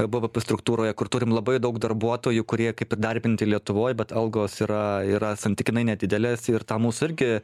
bvp struktūroje kur turim labai daug darbuotojų kurie kaip ir darbinti lietuvoj bet algos yra yra santykinai nedidelės ir tą mūsų irgi